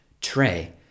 tray